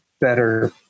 better